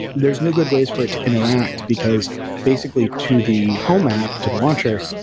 there's no good ways for it to interact, because basically to the home app, to the launcher,